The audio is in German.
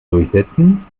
durchsetzen